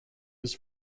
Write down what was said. was